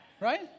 Right